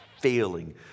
failing